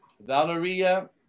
Valeria